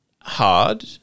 hard